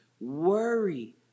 worry